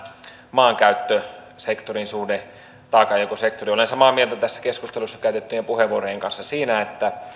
maankäyttösektorin suhde taakanjakosektoriin olen samaa mieltä tässä keskustelussa käytettyjen puheenvuorojen kanssa siitä että